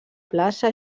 plaça